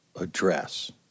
address